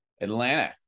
Atlanta